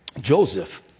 Joseph